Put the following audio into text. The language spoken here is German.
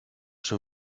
schon